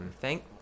thank